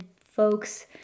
folks